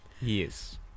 Yes